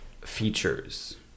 features